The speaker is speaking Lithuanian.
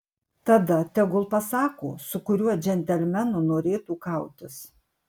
tada tegul pasako su kuriuo džentelmenu norėtų kautis